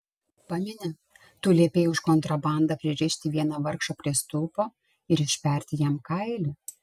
pameni tu liepei už kontrabandą pririšti vieną vargšą prie stulpo ir išperti jam kailį